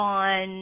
on